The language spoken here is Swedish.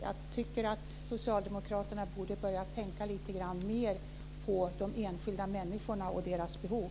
Jag tycker att socialdemokraterna borde börja tänka lite grann mer på de enskilda människorna och deras behov.